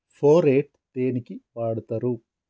Phorate దేనికి వాడుతరు?